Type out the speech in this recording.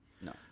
No